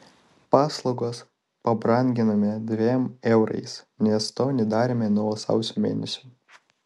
paslaugas pabranginome dviem eurais nes to nedarėme nuo sausio mėnesio